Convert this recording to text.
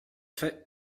fait